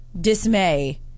dismay